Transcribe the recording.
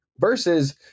Versus